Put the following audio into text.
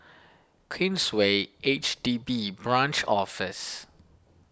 Queensway H D B Branch Office